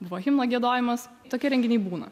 buvo himno giedojimas tokie renginiai būna